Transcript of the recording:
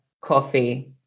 coffee